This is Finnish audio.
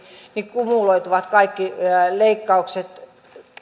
kumuloituvat kaikki leikkaukset